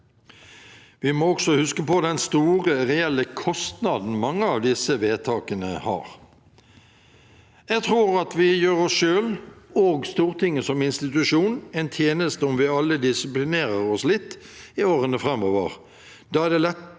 Vi må også huske på den store reelle kostnaden mange av disse vedtakene har. Jeg tror at vi gjør oss selv – og Stortinget som institusjon – en tjeneste om vi alle disiplinerer oss litt i årene framover.